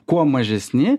kuo mažesni